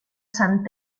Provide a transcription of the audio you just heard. sant